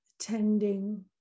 attending